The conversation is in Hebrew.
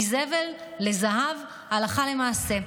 מזבל לזהב הלכה למעשה.